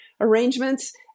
arrangements